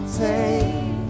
take